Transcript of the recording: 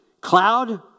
cloud